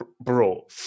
bro